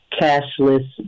cashless